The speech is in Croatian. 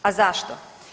A zašto?